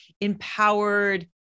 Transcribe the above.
empowered